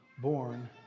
born